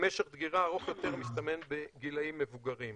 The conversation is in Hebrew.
משך דגירה ארוך יותר המסתמן בגילאים מבוגרים.